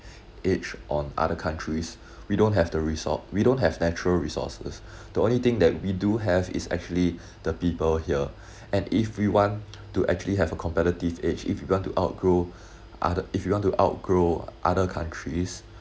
edge on other countries we don't have the resour~ we don't have natural resources the only thing that we do have is actually the people here and if we want to actually have a competitive edge if you want to outgrow other if you want to outgrow other countries